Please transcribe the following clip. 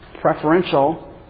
preferential